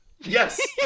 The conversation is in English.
Yes